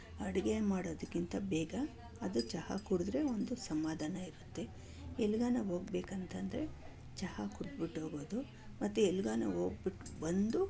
ಅಡುಗೆ ಮಾಡೋದಕ್ಕಿಂತ ಬೇಗ ಅದು ಚಹಾ ಕುಡಿದ್ರೆ ಒಂದು ಸಮಾಧಾನ ಇರುತ್ತೆ ಎಲ್ಲಿಗಾನ ಹೋಗ್ಬೇಕಂತಂದರೆ ಚಹಾ ಕುಡಿದ್ಬಿಟ್ಟೊಗೋದು ಮತ್ತೆ ಎಲ್ಲಿಗಾನ ಹೋಗ್ಬಿಟ್ಟು ಬಂದು